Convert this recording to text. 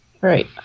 Right